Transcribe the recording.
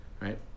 Right